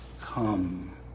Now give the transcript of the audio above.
come